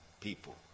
people